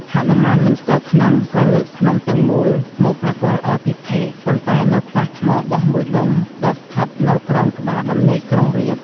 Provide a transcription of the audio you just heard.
ហនុមានមិនស្គាល់ថ្នាំ ក៏លើកភ្នំទាំងមូលមកប្រគល់ឱ្យពិភេក ប៉ុន្តែនៅខ្វះថ្មបស់មួយដុំដែលស្ថិតនៅក្រោមក្បាលដំណេកក្រុងរាពណ៍។